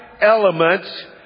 elements